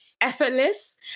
effortless